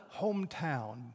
hometown